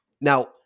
Now